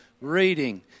reading